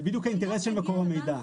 זה בדיוק האינטרס של מקור המידע.